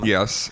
Yes